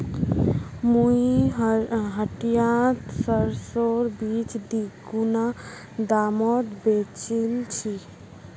मुई हटियात सरसोर बीज दीगुना दामत बेचील छि